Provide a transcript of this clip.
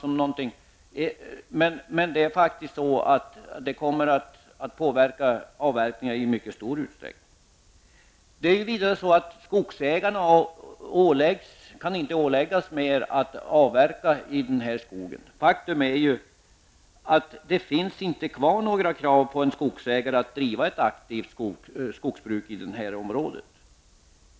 Men det kommer faktiskt att påverka avverkningen i mycket stor utsträckning. Vidare kan skogsägarna inte mera åläggas att avverka i skogen. Faktum är att det inte längre krävs av en skogsägare att denne skall bedriva ett aktivt skogsbruk i området.